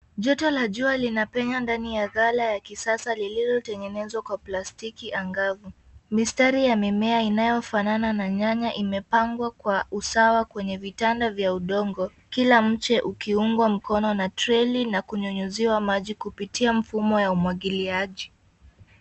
Joto la jua linapenya ndani ya ghala la kisasa liliotengenezwa kwa plastiki angavu . Mistari ya mimea inayofanana na nyanya imepangwa kwa usawa kwenye vitanda vya udongo. Kila mche ukiungwa mkono na treli na kunyunyiziwa maji kupitia mfumo wa umwagiliaji.